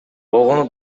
болгону